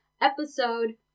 episode